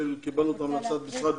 קיבלנו את המלצת משרד